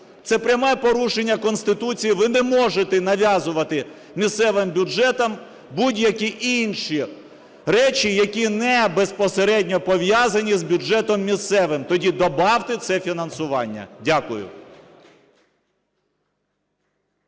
це пряме порушення Конституції. Ви не можете нав'язувати місцевим бюджетам будь-які інші речі, які не безпосередньо пов'язані з бюджетом місцевим. Тоді добавте це фінансування. Дякую.